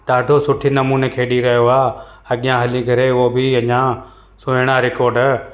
ॾाढो सुठे नमूने खेॾी रहियो आहे अॻियां हली करे उहो बि अञा सुहिणा रिकॉर्ड